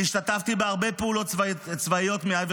אני השתתפתי בהרבה פעולות צבאיות מעבר